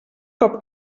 cop